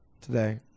Today